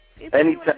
Anytime